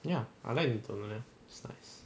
ya I like little nonya it's nice